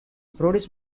produced